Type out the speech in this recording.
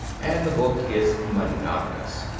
and the book is monotonous.